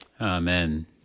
Amen